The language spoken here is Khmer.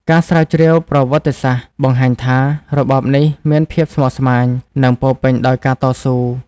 ការស្រាវជ្រាវប្រវត្តិសាស្ត្របង្ហាញថា របបនេះមានភាពស្មុគស្មាញ និងពោរពេញដោយការតស៊ូ។